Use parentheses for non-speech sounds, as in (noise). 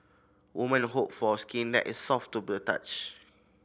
woman hope for skin that is soft to (unintelligible) touch